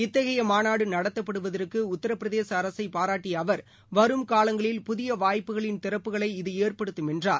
இத்தகையமாநாடுநடத்தப்படுவதற்குஉத்திரபிரதேசஅரசைபாராட்டியஅவர் காலங்களில் வரும் புதியவாய்ப்புகளின் திறப்புகளை இது ஏற்படுத்தும் என்றார்